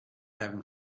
having